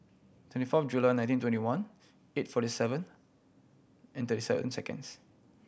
twenty fourth July nineteen twenty one eight forty seven and thirty seven seconds